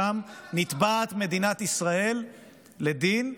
שם נתבעת מדינת ישראל לדין,